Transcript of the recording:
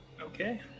Okay